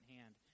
hand